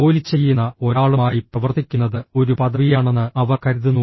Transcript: ജോലി ചെയ്യുന്ന ഒരാളുമായി പ്രവർത്തിക്കുന്നത് ഒരു പദവിയാണെന്ന് അവർ കരുതുന്നു